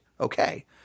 Okay